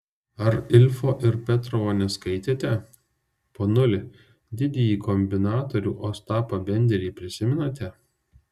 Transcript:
ar ilfo ir petrovo neskaitėte ponuli didįjį kombinatorių ostapą benderį prisimenate